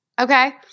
Okay